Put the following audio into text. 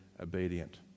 obedient